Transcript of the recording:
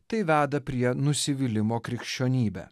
tai veda prie nusivylimo krikščionybe